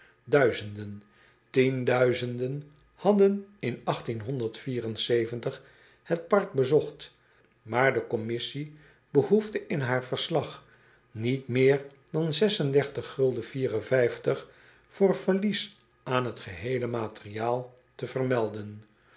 uizenden tienduizenden hadden in het park bezocht maar de commissie behoefde in haar verslag niet meer dan voor verlies aan het geheele materieel te vermelden